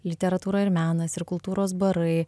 literatūra ir menas ir kultūros barai